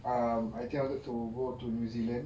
um I think I wanted to go to new zealand